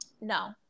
No